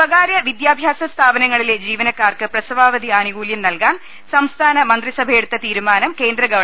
സ്വകാര്യ വിദ്യാഭ്യാസ സ്ഥാപനങ്ങളിലെ ജീവനക്കാർക്ക് പ്രസവാവധി ആനുകൂല്യം നൽകാൻ സംസ്ഥാന മന്ത്രിസ ഭയെടുത്ത തീരുമാനം കേന്ദ്ര ഗവ